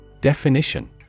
Definition